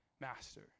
master